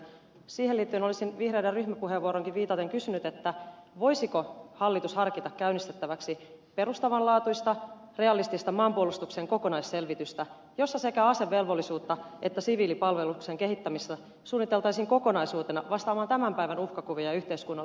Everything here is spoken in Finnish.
siihen liittyen olisin vihreiden ryhmäpuheenvuoroonkin viitaten kysynyt voisiko hallitus harkita käynnistettäväksi perustavanlaatuista realistista maanpuolustuksen kokonaisselvitystä jossa sekä asevelvollisuutta että siviilipalveluksen kehittämistä suunniteltaisiin kokonaisuutena vastaamaan tämän päivän uhkakuvia ja yhteiskunnallisia tarpeita